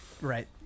Right